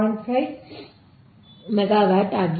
5 megawatt ಆಗಿದೆ